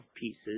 pieces